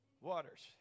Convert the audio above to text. waters